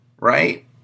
Right